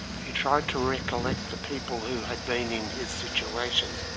he tried to recollect the people who had been in his situation,